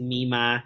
Mima